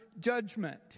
judgment